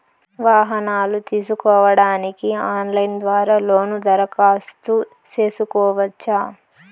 వాహనాలు తీసుకోడానికి ఆన్లైన్ ద్వారా లోను దరఖాస్తు సేసుకోవచ్చా?